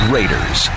Raiders